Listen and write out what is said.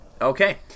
Okay